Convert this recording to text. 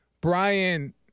Brian